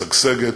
משגשגת,